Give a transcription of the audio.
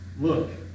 Look